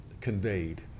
conveyed